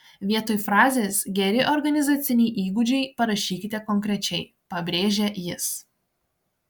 vietoj frazės geri organizaciniai įgūdžiai parašykite konkrečiai pabrėžia jis